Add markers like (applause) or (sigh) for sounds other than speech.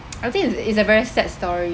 (noise) I think is is a very sad story